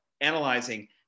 analyzing